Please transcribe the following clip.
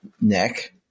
neck